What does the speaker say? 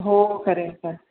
हो खरं आहे खरं आहे